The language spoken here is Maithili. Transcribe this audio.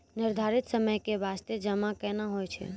निर्धारित समय के बास्ते जमा केना होय छै?